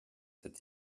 cet